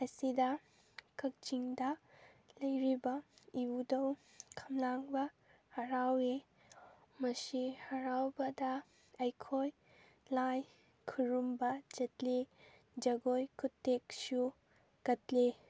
ꯑꯁꯤꯗ ꯀꯛꯆꯤꯡꯗ ꯂꯩꯔꯤꯕ ꯏꯕꯨꯙꯧ ꯈꯝꯂꯥꯡꯕ ꯍꯥꯔꯥꯎꯏ ꯃꯁꯤ ꯍꯥꯔꯥꯎꯕꯗ ꯑꯩꯈꯣꯏ ꯂꯥꯏ ꯈꯨꯔꯨꯝꯕ ꯆꯠꯂꯤ ꯖꯒꯣꯏ ꯈꯨꯠꯊꯦꯛꯁꯨ ꯀꯠꯂꯤ